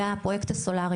לציין,